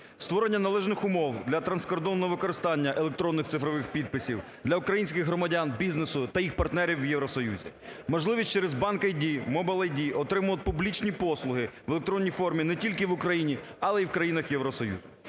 Створення належних умов для транскордонного використання електронних цифрових підписів для українських громадян бізнесу та їх партнерів в Євросоюзі. Можливість через BankID, MobileID отримувати публічні послуги в електронній формі не тільки в Україні, але й в країнах Євросоюзу.